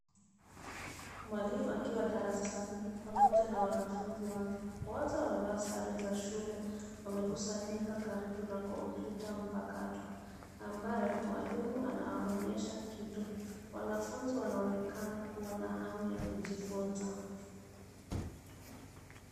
Mwalimu akiwa darasani pamoja na wanafunzi wake wote wamevaa sare za shule. Wamekusanyika karibu na kompyuta mpakato ambayo mwalimu anawaonyesha kitu. Wanafunzi wanaonekana kuwa na hamu ya kujifunza.